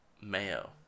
Mayo